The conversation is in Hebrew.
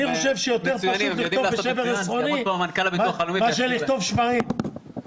שיותר פשוט לכתוב שבר עשרוני מאשר לכתוב שברים,